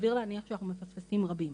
סביר להניח שאנחנו מפספסים רבים.